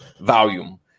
Volume